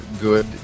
good